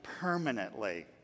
permanently